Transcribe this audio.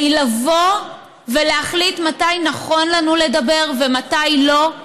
לבוא ולהחליט מתי נכון לנו לדבר ומתי לא?